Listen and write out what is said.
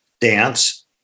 dance